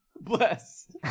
Bless